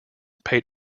paid